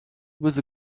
with